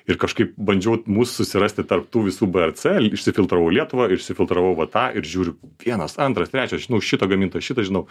ir kažkaip bandžiau mus susirasti tarp tų visų brc išsifiltravau lietuvą ir išsifiltravau va tą ir žiūriu vienas antras trečias žinau šitą gamintoją šitą žinau